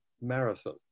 marathon